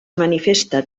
manifesta